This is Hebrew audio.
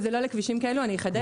זה לא לכבישים כאלה, אני אחדד.